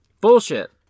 Bullshit